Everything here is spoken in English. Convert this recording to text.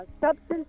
substance